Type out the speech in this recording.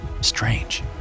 Strange